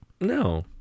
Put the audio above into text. No